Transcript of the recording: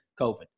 COVID